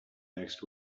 next